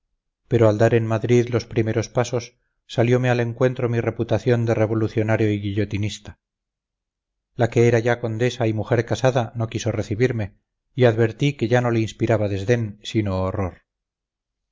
pero al dar en madrid los primeros pasos saliome al encuentro mi reputación de revolucionario y guillotinista la que era ya condesa y mujer casada no quiso recibirme y advertí que ya no le inspiraba desdén sino horror